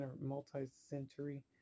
multi-century